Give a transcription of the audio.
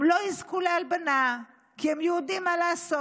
הם לא יזכו להלבנה, כי הם יהודים, מה לעשות?